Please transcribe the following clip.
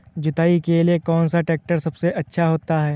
जुताई के लिए कौन सा ट्रैक्टर सबसे अच्छा होता है?